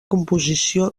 composició